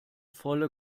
volle